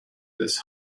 this